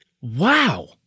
Wow